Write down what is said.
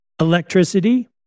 Electricity